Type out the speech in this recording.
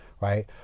right